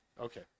okay